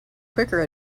quicker